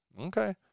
okay